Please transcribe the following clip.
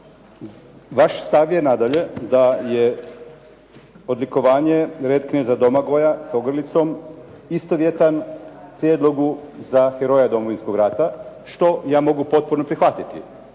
Vaš stav je, nadalje, da je odlikovanje "Red Kneza Domagoja s ogrlicom" istovjetan prijedlogu za Heroja Domovinskog rata, što ja mogu potpuno prihvatiti.